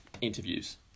interviews